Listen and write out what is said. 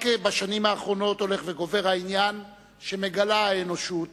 רק בשנים האחרונות הולך וגובר העניין שמגלה האנושות,